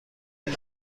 این